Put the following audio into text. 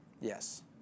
Yes